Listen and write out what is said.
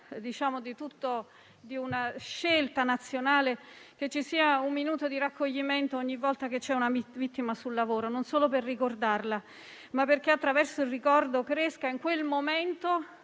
di carattere nazionale, che ci sia un minuto di raccoglimento ogni volta che c'è una vittima sul lavoro, non solo per ricordarla, ma perché attraverso il ricordo cresca, in quel momento,